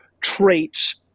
traits